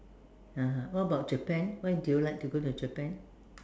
(uh huh) what about Japan why do you like to go to Japan